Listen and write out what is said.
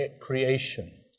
creation